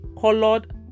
colored